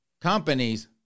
companies